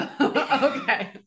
okay